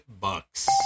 Bucks